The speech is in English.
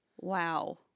Wow